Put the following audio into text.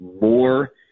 more